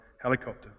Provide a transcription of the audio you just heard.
helicopter